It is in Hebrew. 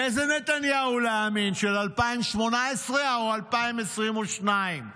לאיזה נתניהו להאמין, של 2018 או 2022,